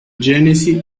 genesi